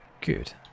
Good